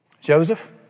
Joseph